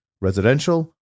residential